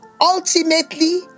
ultimately